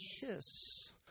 kiss